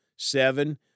Seven